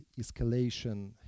escalation